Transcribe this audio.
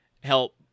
help